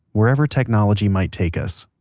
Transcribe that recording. wherever technology might take us,